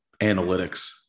analytics